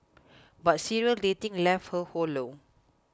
but serial dating left her hollow